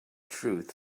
truth